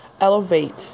Elevate